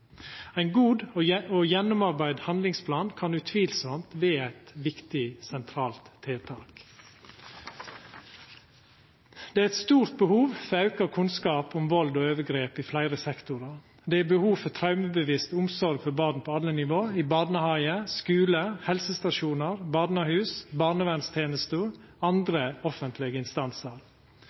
Ein god og gjennomarbeidd handlingsplan kan utvilsamt vera eit viktig, sentralt tiltak. Det er eit stort behov for auka kunnskap om vald og overgrep i fleire sektorar. Det er behov for traumebevisst omsorg for barn på alle nivå – i barnehage, skule, helsestasjonar, barnehus, barnevernstenesta og andre offentlege instansar.